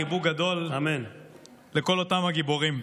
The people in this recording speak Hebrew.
חיבוק גדול לכל אותם הגיבורים.